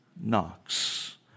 knocks